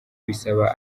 bisaba